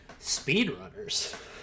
Speedrunners